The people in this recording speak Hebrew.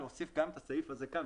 להוסיף גם את הסעיף הזה כאן,